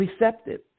receptive